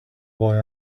boy